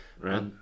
right